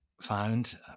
found